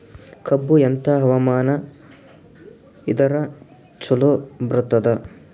ಕಬ್ಬು ಎಂಥಾ ಹವಾಮಾನ ಇದರ ಚಲೋ ಬರತ್ತಾದ?